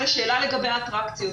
לגבי האטרקציות.